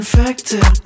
Infected